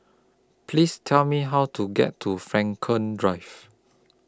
Please Tell Me How to get to Frankel Drive